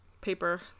paper